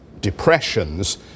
depressions